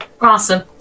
Awesome